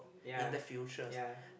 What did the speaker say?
ya